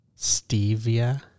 stevia